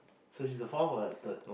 so she's the fourth or the third